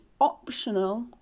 optional